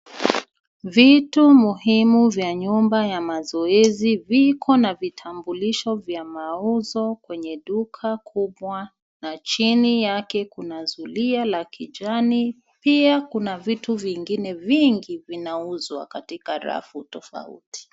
Vitu muhimu vya nyumba ya mazoezi viko na vitambulisho vya mauzo kwenye duka kubwa na chini yake kuna zulia la kijani . Pia kuna vitu vingine vingi vinauzwa katika rafu tofauti.